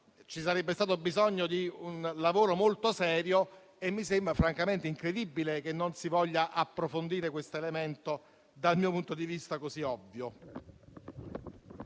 veramente stato bisogno di un lavoro molto serio e mi sembra francamente incredibile che non si voglia approfondire questo elemento, dal mio punto di vista così ovvio.